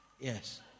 Yes